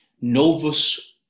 novus